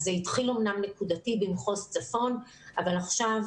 זה התחיל אמנם נקודתית במחוז צפון אבל עכשיו